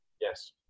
yes